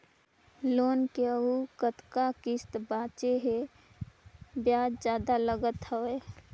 Loan के अउ कतका किस्त बांचें हे? ब्याज जादा लागत हवय,